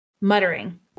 muttering